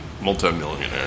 multi-millionaire